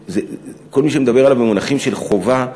כל מי שמדבר עליו במונחים של חובה,